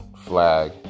flag